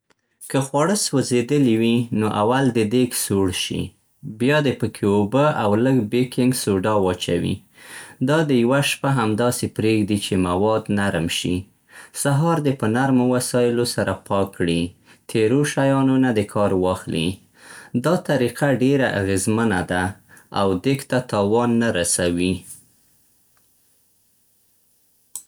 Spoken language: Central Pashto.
که خواړه سوځېدلي وي، نو اول دې دېګ سوړ شي. بیا دې پکې اوبه او لږ بیکینګ سوډا واچوي. دا دې يوه شپه همداسې پرېږدي، چې مواد نرم شي. سهار دې په نرمو وسایلو سره پاک کړي، تیرو شیانو نه دې کار اخلي. دا طریقه ډېره اغېزمنه ده او دېګ ته تاوان نه رسوي.